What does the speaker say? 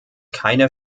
keine